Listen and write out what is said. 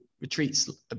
retreats